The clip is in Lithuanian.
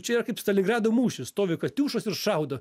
čia yra kaip stalingrado mūšis stovi katiušos ir šaudo